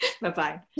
Bye-bye